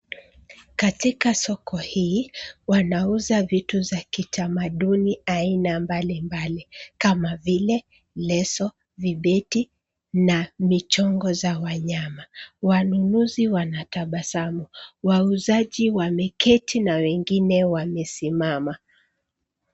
Katika soko hii wanauza vitu za kitamaduni aina mbalimbali kama vile leso, vibeti na michongo za wanyama. Wanunuzi wanatabasamu. Wauzaji wameketi na wengine wamesimama.